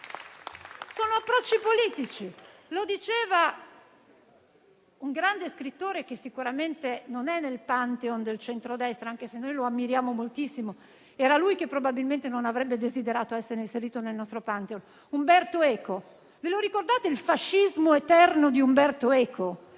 Sono approcci politici. Lo diceva un grande scrittore che sicuramente non è nel *pantheon* del centrodestra, anche se noi lo ammiriamo moltissimo. Era lui che probabilmente non avrebbe desiderato essere inserito nel nostro *pantheon.* Sto parlando di Umberto Eco. Ve lo ricordate il fascismo eterno di Umberto Eco?